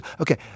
Okay